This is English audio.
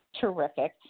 terrific